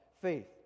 faith